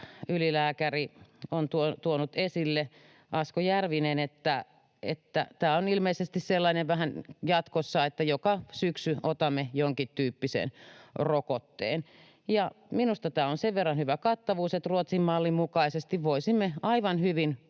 Järvinen on tuonut esille, tämä tulee ilmeisesti olemaan jatkossa vähän sellainen, että joka syksy otamme jonkintyyppisen rokotteen. Minusta tämä on sen verran hyvä kattavuus, että Ruotsin mallin mukaisesti voisimme aivan hyvin